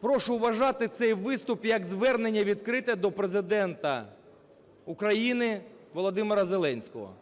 прошу вважати цей виступ як звернення відкрите до Президента України Володимира Зеленського.